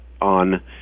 on